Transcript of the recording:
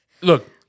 Look